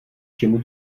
čemu